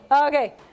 Okay